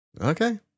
Okay